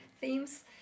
themes